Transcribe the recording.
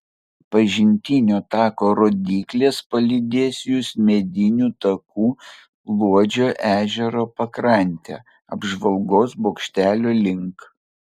pažintinio tako rodyklės palydės jus mediniu taku luodžio ežero pakrante apžvalgos bokštelio link